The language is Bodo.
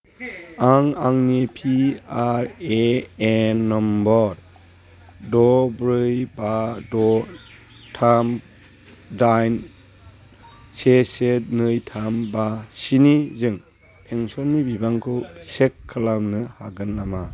आं आंनि पिआरएएन नम्बर द' ब्रै बा द' थाम दाइन से से नै थाम बा स्निजों पेन्सननि बिबांखौ चेक खालामनो हागोन नामा